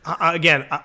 again